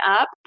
up